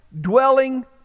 dwelling